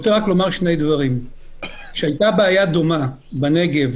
כשהייתה בעיה דומה בנגב,